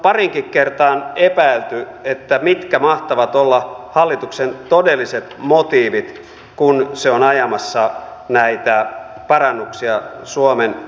täällä on pariinkin kertaan epäilty mitkä mahtavat olla hallituksen todelliset motiivit kun se on ajamassa näitä parannuksia suomen kustannuskilpailukykyyn